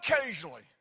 occasionally